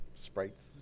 sprites